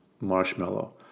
marshmallow